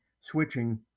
switching